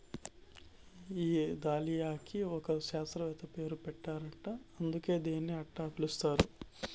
ఈ దాలియాకి ఒక శాస్త్రవేత్త పేరు పెట్టారట అందుకే దీన్ని అట్టా పిలుస్తారు